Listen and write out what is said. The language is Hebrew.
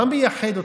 מה מייחד אתכם?